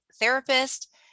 therapist